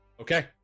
Okay